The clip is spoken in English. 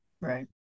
Right